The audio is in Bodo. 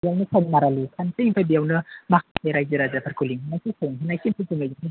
बेयावनो ओमफ्राय बेयावनो रायजो राजाफोरखौ लिंनोसै संहोनोसै